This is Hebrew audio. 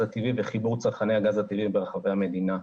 הטבעי בחיבור צרכני הגז הטבעי ברחבי המדינה.